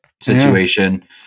situation